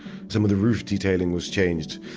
some of the roof detailing was changed.